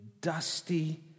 dusty